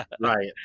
Right